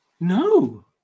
no